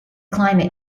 climate